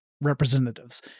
representatives